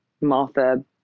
Martha